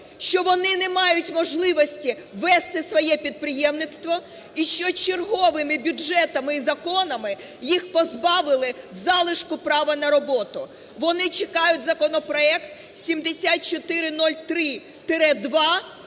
що вони не мають можливості вести своє підприємництво і що черговими бюджетами і законами їх позбавили залишку права на роботу. Вони чекають законопроект 7403-2,